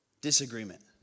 disagreement